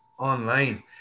online